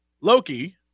Loki